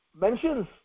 mentions